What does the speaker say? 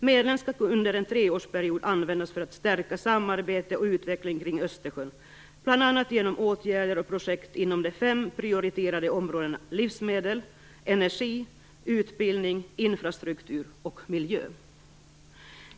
Medlen skall under en treårsperiod användas för att stärka samarbete och utveckling kring Östersjön, bl.a. genom åtgärder och projekt inom de fem prioriterade områdena livsmedel, energi, utbildning, infrastruktur och miljö.